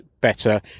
better